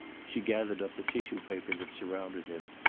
she gathered up the tissue paper that surrounded him,